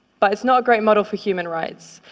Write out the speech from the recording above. but it's not a great model for human rights.